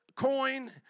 Coin